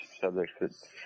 subjects